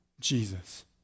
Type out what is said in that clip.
Jesus